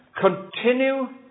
Continue